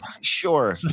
Sure